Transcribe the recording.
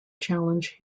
challenge